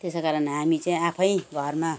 त्यसै कारण हामी चाहिँ आफैँ घरमा